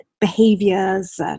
behaviors